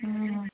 ꯎꯝ